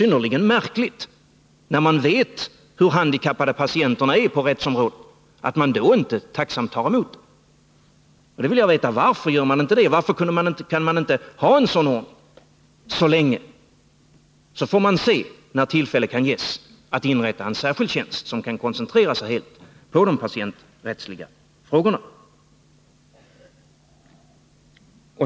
När man vet hur handikappade patienterna är på rättsområdet är det synnerligen märkligt att man inte tacksamt tar emot erbjudandet. Jag vill veta varför man inte gör det. Varför kan man inte ha en sådan ordning så länge — tills tillfälle ges att inrätta en särskild tjänst med inriktning helt på de patienträttsliga frågorna?